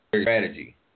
strategy